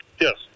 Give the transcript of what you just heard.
Yes